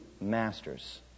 masters